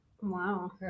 wow